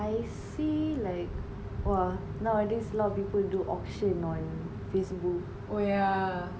I see like !wah! nowadays a lot of people do auction on Facebook